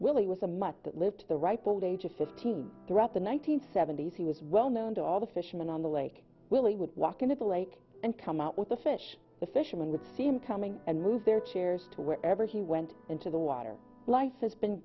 willie was a much that lived the ripe old age of fifteen throughout the one nine hundred seventy s he was well known to all the fishermen on the lake willie would walk into the lake and come out with the fish the fishermen would seem coming and move their chairs to wherever he went into the water life has been